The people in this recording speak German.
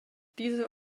diese